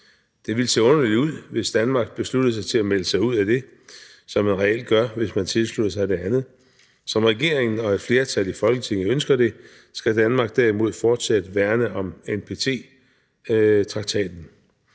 Det ville se underligt ud, hvis Danmark besluttede sig til at melde sig ud af det, som man reelt gør, hvis man tilslutter sig det andet. Som regeringen og et flertal i Folketinget ønsker det, skal Danmark derimod fortsat værne om NPT-traktaten.